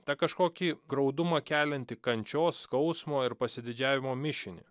tą kažkokį graudumą keliantį kančios skausmo ir pasididžiavimo mišinį